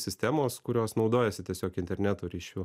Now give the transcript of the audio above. sistemos kurios naudojasi tiesiog interneto ryšiu